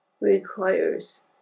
requires